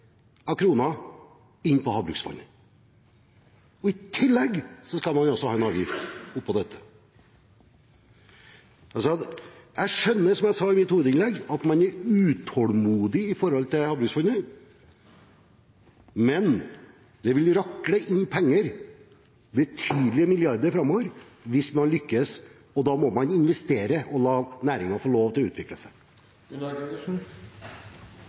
av kroner inn på havbruksfondet. I tillegg skal man ha en ordning oppå dette. Jeg skjønner, som jeg sa i mitt hovedinnlegg, at man er utålmodig når det gjelder havbruksfondet, men det vil rakle inn penger, betydelige milliarder, framover hvis man lykkes. Da må man investere og la næringen få lov til å utvikle